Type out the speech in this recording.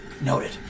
Noted